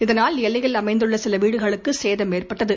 இதனால் எல்லையில் அமைந்தள்ளசிலவீடுகளுக்குசேதம் ஏற்பட்டது